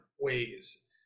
ways